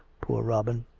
poor robin!